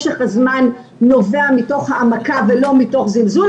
משך הזמן נובע מתוך העמקה ולא מתוך זלזול,